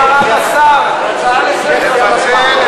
הצעה לסדר, אדוני היושב-ראש.